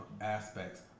aspects